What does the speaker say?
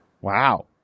Wow